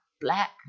black